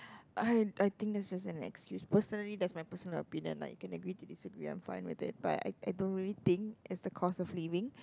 I I think that's just an excuse personally that's my personal opinion lah you can agree to disagree I'm fine with it but I I don't really think is the cost of living